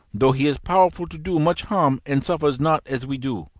though he is powerful to do much harm and suffers not as we do.